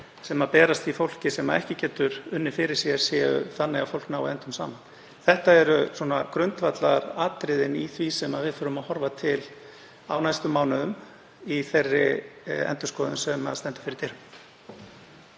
sem berast því fólki sem ekki getur unnið fyrir sér séu þannig að fólk nái endum saman. Þetta eru grundvallaratriðin í því sem við þurfum að horfa til á næstu mánuðum í þeirri endurskoðun sem stendur fyrir dyrum.